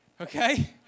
Okay